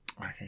okay